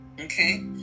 okay